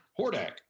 Hordak